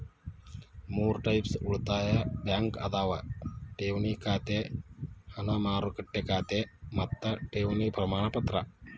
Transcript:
ಮೂರ್ ಟೈಪ್ಸ್ ಉಳಿತಾಯ ಬ್ಯಾಂಕ್ ಅದಾವ ಠೇವಣಿ ಖಾತೆ ಹಣ ಮಾರುಕಟ್ಟೆ ಖಾತೆ ಮತ್ತ ಠೇವಣಿ ಪ್ರಮಾಣಪತ್ರ